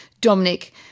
Dominic